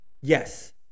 Yes